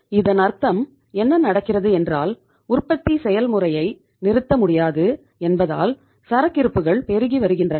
இதன் அர்த்தம் என்ன நடக்கிறது என்றால் உற்பத்தி செயல்முறையை நிறுத்த முடியாது என்பதால் சரக்கிருப்புகள் பெருகி வருகின்றன